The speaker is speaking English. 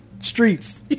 Streets